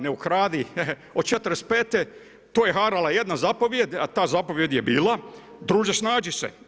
Ne ukradi, od '45. tu je harala jedna zapovijed, a ta zapovijed je bila: druže snađi se.